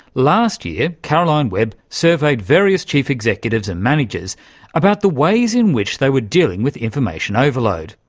last year caroline webb surveyed various chief executives and managers about the ways in which they were dealing with information overload,